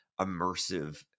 immersive